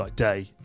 like day.